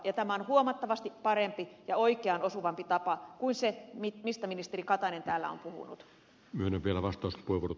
tämä on huomattavasti parempi ja oikeaan osuvampi tapa kuin se mistä ministeri katainen täällä on puhunut